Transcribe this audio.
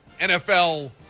NFL